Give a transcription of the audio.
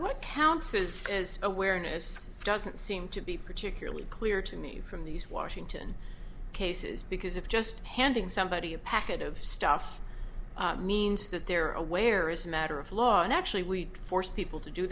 what town says is awareness doesn't seem to be particularly clear to me from these washington cases because of just handing somebody a packet of stuff means that they're aware is a matter of law and actually wheat forced people to do